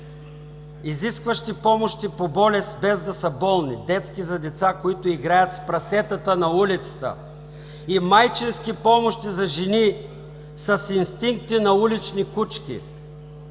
изискващи помощи по болест, без да са болни, детски за деца, които играят с прасетата на улицата и майчински помощи за жени с инстинкти на улични кучки“?